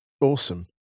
Awesome